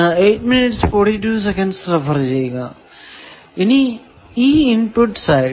ഇനി ഈ input side